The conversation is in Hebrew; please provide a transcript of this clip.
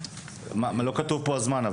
לא כתוב פה הזמן.